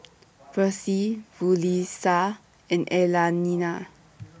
Versie Yulissa and Elaina